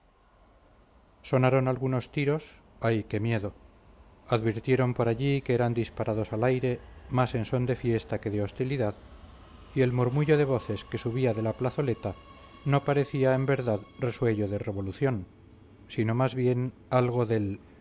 sonaron algunos tiros ay qué miedo advirtieron por allí que eran disparados al aire más en son de fiesta que de hostilidad y el murmullo de voces que subía de la plazoleta no parecía en verdad resuello de revolución sino más bien algo del